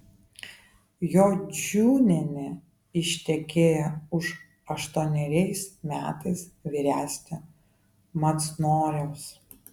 jodžiūnienė ištekėjo už aštuoneriais metais vyresnio macnoriaus